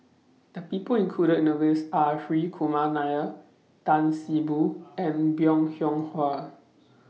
The People included in The list Are Hri Kumar Nair Tan See Boo and Bong Hiong Hwa